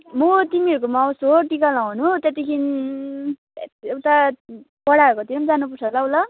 म तिमीहरूकोमा आउँछु हो टिका लगाउनु त्यहाँदेखिन् हैत् उता बडाहरूकोतिर पनि जानुपर्छ होला हौ ल